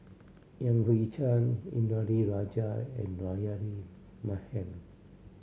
Yan Hui Chang Indranee Rajah and Rahayu Mahzam